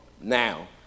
now